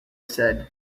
said